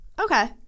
Okay